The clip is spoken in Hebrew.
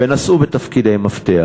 ונשאו בתפקידי מפתח.